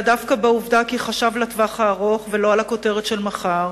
אלא דווקא על העובדה שחשב לטווח הארוך ולא על הכותרת של מחר